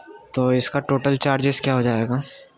تو اس کا ٹوٹل چارجز کیا ہو جائے گا